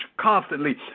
constantly